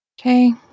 Okay